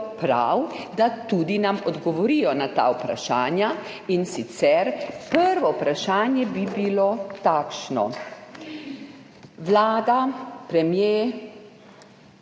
da nam odgovorijo na ta vprašanja. In sicer, prvo vprašanje bi bilo takšno. Vlada, premier,